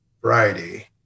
Friday